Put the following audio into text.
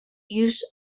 use